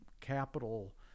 capital